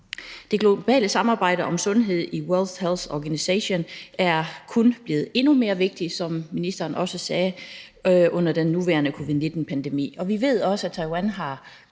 Det globale samarbejde om sundhed i World Health Organization er kun blevet endnu mere vigtigt, som ministeren også sagde, under den nuværende covid-19-pandemi. Vi ved også, at Taiwan har